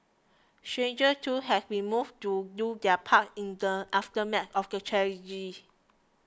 strangers too have been moved to do their part in the aftermath of the tragedy